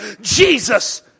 Jesus